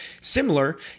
Similar